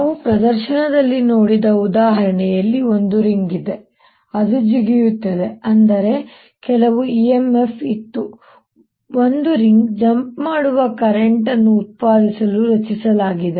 ನಾವು ಪ್ರದರ್ಶನದಲ್ಲಿ ನೋಡಿದ ಉದಾಹರಣೆಯಲ್ಲಿ ಒಂದು ಉಂಗುರವಿದೆ ಅದು ಜಿಗಿಯುತ್ತದೆ ಅಂದರೆ ಕೆಲವು EMF ಇತ್ತು ಇದು ರಿಂಗ್ ಜಂಪ್ ಮಾಡುವ ಕರೆಂಟ್ ಅನ್ನು ಉತ್ಪಾದಿಸಲು ರಚಿಸಲಾಗಿದೆ